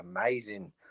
Amazing